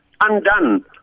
undone